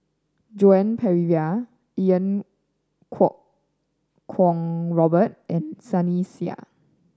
Joan Pereira Iau Kuo Kwong Robert and Sunny Sia